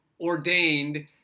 ordained